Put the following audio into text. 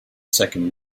second